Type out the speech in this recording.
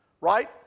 right